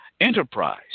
enterprise